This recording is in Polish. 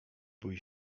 bój